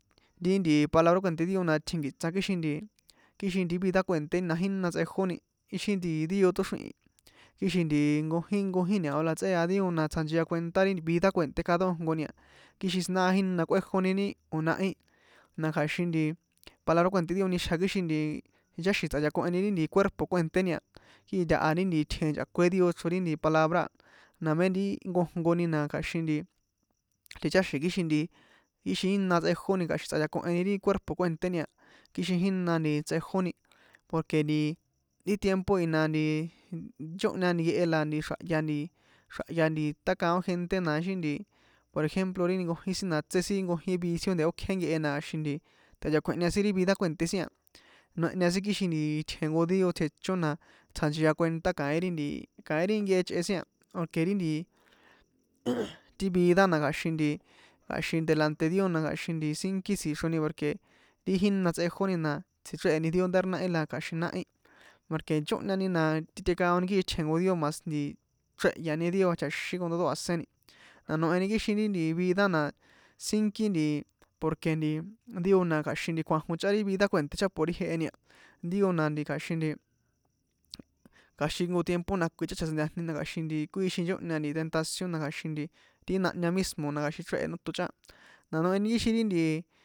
Ti nti palabra kue̱nté dio na tjinkiṭsa kixin nti kixin nti vida kue̱nténi na jína tsꞌejóni ixi nti dio tóxrihi̱n kixin nti nkojín nkojín ñao la tsꞌea dio na tsjanchia kuentá ri vida kue̱nté cada nkojnkoni a kixin siná á jina kꞌuéjoni ni? O̱ náhí na kja̱xin nti palabra kue̱nté dio nixja kixi ticháxi̱n tsꞌayakoheni ri nti cuerpo kue̱nténi kii ntaha ri itjen ri ncha̱kuén dio ichro ti palabra na mé ri nkojnkoni na kja̱xin nti ticháxi̱n kixin nti ixi ina tsꞌejóni kja̱xin tsꞌayakoheni ri cuerpo kue̱nténi kixin jina nti tsꞌejóni porque nti ti tiempo i na nti nchóhan nkehe la nti xra̱hya nti xra̱hya nti tákaon gente na ixi nti por ejemplo ri nkojin sin itse sin nkojin vicio de ókje nkehe na kja̱xin nti tꞌayakuehña sin ri vida kue̱nté sin a noehña sin kixin nti itjen jnko dio tjechón na tsjanchia kuentá kaín ri nkehe ichꞌe sin a porque ri nti ti vida na kja̱xin nti kja̱xin nti sínki tsixroni porque ti jína tsꞌejóni na tsji̱chréhe̱ni dio ndá ri nahi la kja̱xin nahi porque nchóhñani na titekaoni kii tejn jnko dio mas nti chrèhyani dio chaxín con todo a̱séni na noehni kixin ri nti vida na sínki nti porque nti dio na kja̱xin nti kjuajon chꞌán ri vida kue̱nté chꞌán por ri jeheni dio na kja̱xin kja̱xin jnko tiempo na kui chꞌán chjasintajni na kja̱xin kꞌuixin nchóhña tetancion na kja̱xin ti jínahña mismo na kja̱xin chréhe̱ nóton chꞌán na noehni kixin ri nti.